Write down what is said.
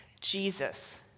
Jesus